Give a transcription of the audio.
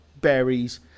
berries